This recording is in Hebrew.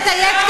תתייק,